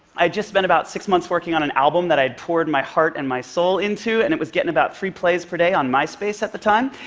i'd just spent about six months working on and album that i'd poured my heart and my soul into, and it was getting about three plays per day on myspace at the time,